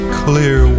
clear